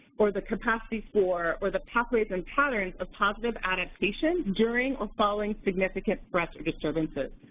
or the capacity for, or the pathways and patterns of positive adaptation during or following significant threats or disturbances.